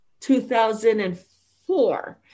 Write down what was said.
2004